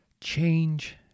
change